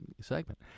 segment